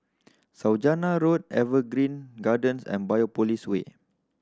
Saujana Road Evergreen Gardens and Biopolis Way